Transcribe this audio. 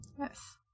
Yes